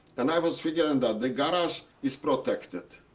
and i was figuring that the garage is protected.